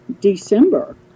December